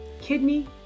kidney